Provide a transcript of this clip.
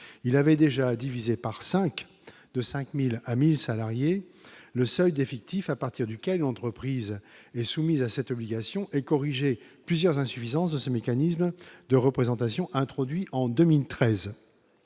Il avait déjà divisé par 5 de 5000 à 1000 salariés le seuil d'effectif à partir duquel entreprise et soumises à cette obligation et corriger plusieurs insuffisances de ce mécanisme de représentation, introduit en 2013